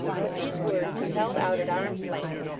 with these words he held out at arm's length,